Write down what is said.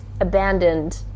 abandoned